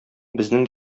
безнең